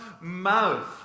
mouth